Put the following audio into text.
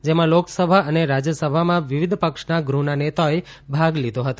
જેમાં લોકસભા અને રાજ્યસભામાં વિવિધ પક્ષના ગૃહના નેતાઓએ ભાગ લીધો હતો